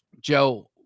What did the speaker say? joe